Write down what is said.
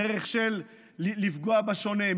דרך של לפגוע בשונה.